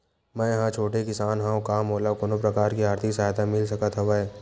मै ह छोटे किसान हंव का मोला कोनो प्रकार के आर्थिक सहायता मिल सकत हवय?